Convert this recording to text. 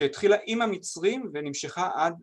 ‫שהתחילה עם המצרים ונמשכה עד...